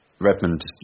Redmond